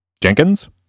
Jenkins